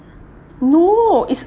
no it's